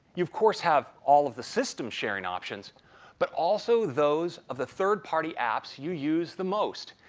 you of course have all of the system sharing options but also those of the third party apps you use the most.